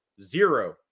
Zero